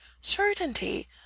certainty